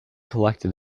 collected